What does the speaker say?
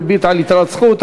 ריבית על יתרת זכות),